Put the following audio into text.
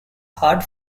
heart